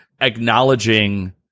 acknowledging